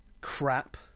crap